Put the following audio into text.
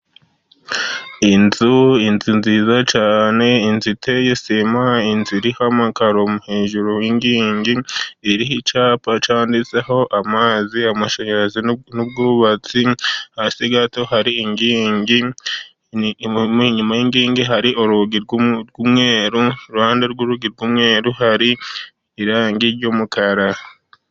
iyi inzu inzu nziza cyane, inzu iteye sima, inzu iriho amakaro hejuru yinkigi, iriho iricyapa cyanditseho; amazi, amashanyarazi n'ubwubatsi, hasi gato hari inkigi inyuma y'inkigi hari urugi rw'umweru iruhande rw'urugi rw'umweru, hari irangi ry'umukara.